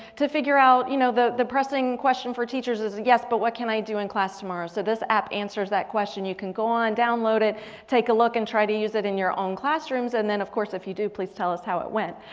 to figure out you know the the pressing question for teachers is yes, but what can i do in class tomorrow? so this app answers that question. you can go and download, take a look and try to use it in your own classrooms. and then of course if you do, please tell us how it went.